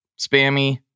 spammy